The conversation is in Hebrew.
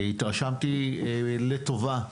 התרשמתי לטובה.